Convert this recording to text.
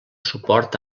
suport